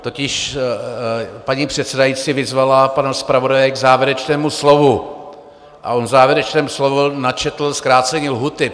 Totiž paní předsedající vyzvala pana zpravodaje k závěrečnému slovu a on v závěrečném slově načetl zkrácení lhůty.